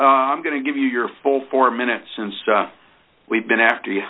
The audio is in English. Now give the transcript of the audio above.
i'm going to give you your full four minutes since we've been after you